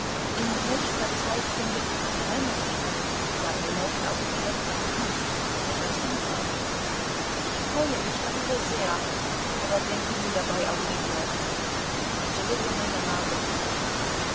in nächster zeit findet ein rennen statt dabei laufen auch pferde von ihm er wird hinfahren ich freue mich darüber sehr aber denke nun dabei auch einmal an mich stelle dir meine lage vor